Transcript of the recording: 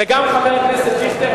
וגם חבר הכנסת דיכטר,